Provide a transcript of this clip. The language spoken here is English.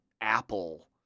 Apple